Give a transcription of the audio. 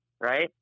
right